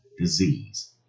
disease